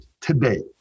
today